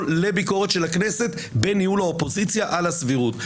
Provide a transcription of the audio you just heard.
לביקורת של הכנסת בניהול האופוזיציה על הסבירות.